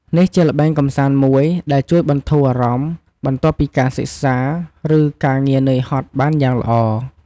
នេះជាល្បែងកម្សាន្តមួយដែលជួយបន្ធូរអារម្មណ៍ បន្ទាប់ពីការសិក្សា ឬការងារនឿយហត់បានយ៉ាងល្អ។